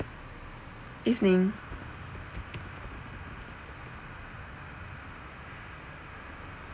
evening